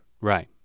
Right